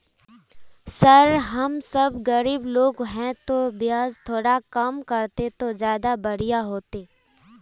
sir हम सब गरीब लोग है तो बियाज थोड़ा कम रहते तो ज्यदा बढ़िया होते